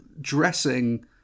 dressing